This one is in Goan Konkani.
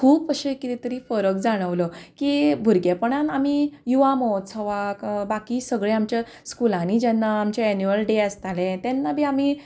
खूब अशें कितें तरी फरक जाणवलो की भुरगेपणान आमी युवा महोत्सवाक बाकी सगळे आमच्या स्कुलांनी जेन्ना आमचे एन्युयल डे आसताले तेन्ना बी आमी